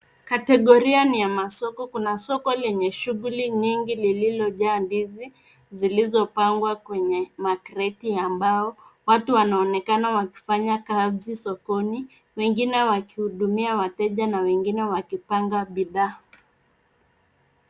Kategoria ni ya masoko. Kuna soko lenye shughuli nyingi lililojaa ndizi zilizopangwa kwenye makreti ya mbao. Watu wanaonekana wakifanya kazi sokoni ,wengine wakihudumia wateja na wengine wakipanga bidhaa.